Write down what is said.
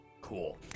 Cool